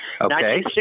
Okay